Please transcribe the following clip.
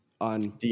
On